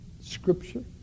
Scripture